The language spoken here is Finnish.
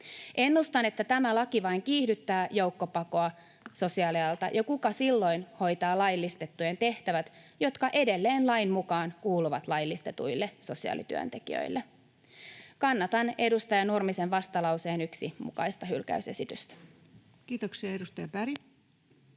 Ennustan, että tämä laki vain kiihdyttää joukkopakoa sosiaalialalta. Ja kuka silloin hoitaa laillistettujen tehtävät, jotka edelleen lain mukaan kuuluvat laillistetuille sosiaalityöntekijöille? Kannatan edustaja Nurmisen vastalauseen 1 mukaista hylkäysesitystä. [Speech 228]